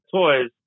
toys